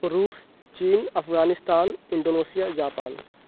روس چین Afghanistan Indonesia Japan